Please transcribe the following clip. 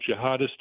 jihadist